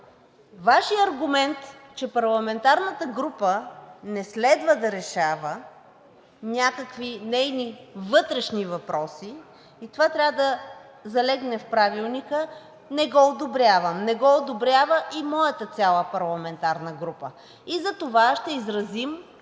Вашия аргумент – че парламентарната група не следва да решава някакви нейни вътрешни въпроси и това трябва да залегне в Правилника, не го одобрявам и не го одобрява цялата парламентарна група и това ще изразим